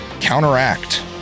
counteract